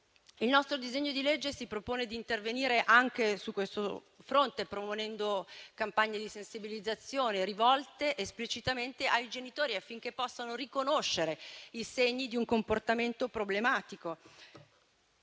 Il nostro disegno di legge si propone di intervenire anche su questo fronte, proponendo campagne di sensibilizzazione rivolte esplicitamente ai genitori, affinché possano riconoscere i segni di un comportamento problematico.